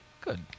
good